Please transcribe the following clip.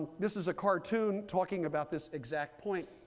this is a cartoon talking about this exact point.